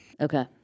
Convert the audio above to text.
Okay